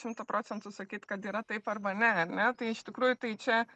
šimtą procentų sakyt kad yra taip arba ne ar ne tai iš tikrųjų tai čia